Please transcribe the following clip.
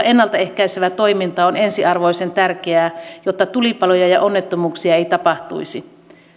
ennalta ehkäisevä toiminta on ensiarvoisen tärkeää jotta tulipaloja ja onnettomuuksia ei tapahtuisi